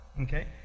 Okay